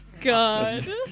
God